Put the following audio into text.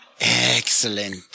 Excellent